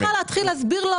נכון ואני לא צריכה להסביר לו.